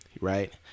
Right